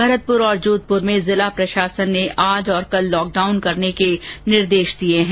भरतपुर और जोधपुर में जिला प्रशासन ने आज और कल लॉकडाउन करने के निर्देश दिये हैं